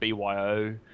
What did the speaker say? BYO